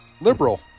liberal